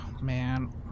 Man